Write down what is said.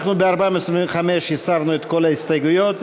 ב-425 הסרנו את כל ההסתייגויות.